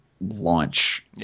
launch